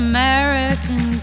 American